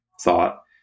thought